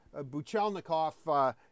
Buchelnikov